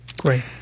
Great